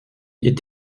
est